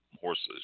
horses